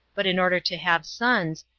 but in order to have sons,